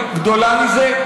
האם יש צביעות גדולה מזה?